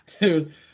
dude